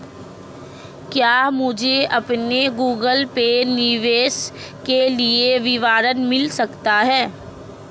क्या मुझे अपने गूगल पे निवेश के लिए विवरण मिल सकता है?